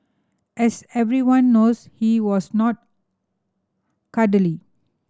as everyone knows he was not cuddly